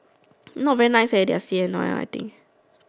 not very nice leh their I think